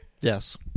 Yes